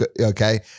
okay